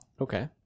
Okay